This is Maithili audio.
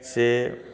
से